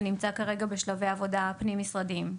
זה נמצא כרגע בשלבי עבודה פנים משרדים.